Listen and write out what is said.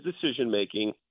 decision-making